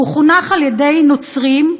הוא חונך על-ידי נוצרים,